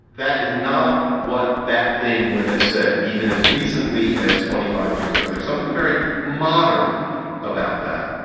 that is not what that thing would have said. even as recently as twenty five years ago, there's something very modern about that.